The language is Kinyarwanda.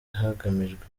hagamijwe